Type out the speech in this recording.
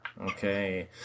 Okay